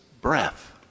breath